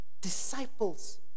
disciples